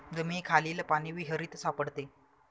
जमिनीखालील पाणी विहिरीत सापडते